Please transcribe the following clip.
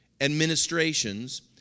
administrations